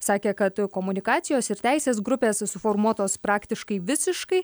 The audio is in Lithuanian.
sakė kad komunikacijos ir teisės grupės suformuotos praktiškai visiškai